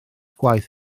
gwaith